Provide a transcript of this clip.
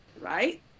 right